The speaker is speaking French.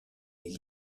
les